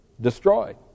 destroyed